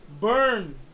Burn